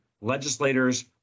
legislators